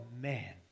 man